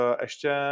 ještě